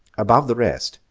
above the rest,